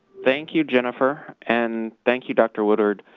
thank you, jennifer. and thank you, dr. woodward,